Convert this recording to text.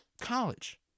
college